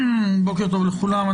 בוקר טוב לכולם.